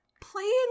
playing